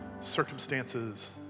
circumstances